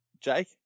Jake